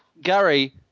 Gary